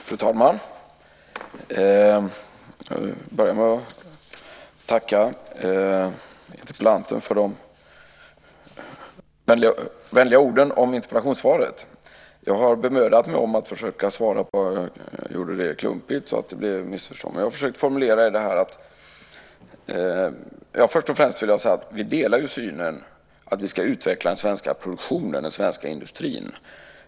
Fru talman! Vad jag försökte formulera, även om jag kanske gjorde det klumpigt, så att det blev missförstånd, var först och främst att vi delar synen att den svenska produktionsindustrin ska utvecklas.